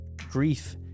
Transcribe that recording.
grief